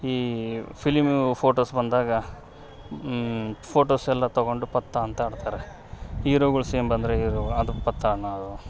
ಈ film photos ಬಂದಾಗ photos ಎಲ್ಲ ತೊಗೊಂಡು ಪತ್ತಾ ಅಂತ ಆಡ್ತಾರೆ ಹೀರೋಗಳ್ ಸೇಮ್ ಬಂದರೆ ಹೀರೋಗ್ಳು ಅದು ಪತ್ತಾ ಅನ್ನೋದು